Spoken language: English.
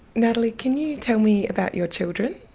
natalie, can you tell me about your children?